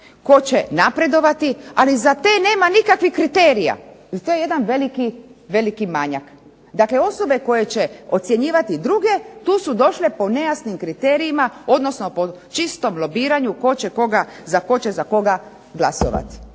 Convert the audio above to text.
tko će napredovati, ali za te nema nikakvih kriterija i to je jedan veliki, veliki manjak. Dakle, osobe koje će ocjenjivati druge tu su došle po nejasnim kriterijima odnosno po čistom lobiranju tko će za koga glasovati.